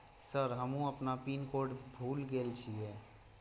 Sir हमू अपना pin code भूल गेल जीये?